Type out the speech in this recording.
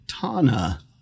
Tana